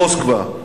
מוסקבה,